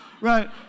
Right